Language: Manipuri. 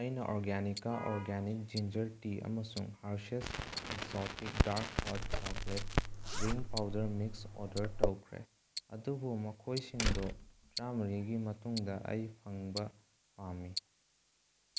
ꯑꯩꯅ ꯑꯣꯔꯒ꯭ꯌꯥꯅꯤꯛꯀ ꯑꯣꯔꯒ꯭ꯌꯥꯅꯤꯛ ꯖꯤꯟꯖꯔ ꯇꯤ ꯑꯃꯁꯨꯡ Hershey's exotic dark hot chocolate drink powder mix order ꯇꯧꯈ꯭ꯔꯦ ꯑꯗꯨꯕꯨ ꯃꯈꯣꯏꯁꯤꯡꯗꯣ ꯇꯔꯥꯃꯔꯤꯒꯤ ꯃꯇꯨꯡꯗ ꯑꯩ ꯐꯪꯕ ꯄꯥꯝꯃꯤ